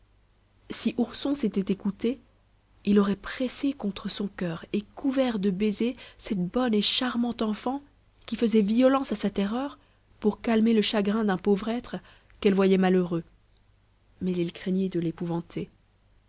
si ourson s'était écouté il aurait pressé contre son coeur et couvert de baisers cette bonne et charmante enfant qui faisait violence à sa terreur pour calmer le chagrin d'un pauvre être qu'elle voyait malheureux mais il craignit de l'épouvanter